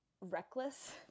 reckless